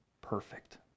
perfect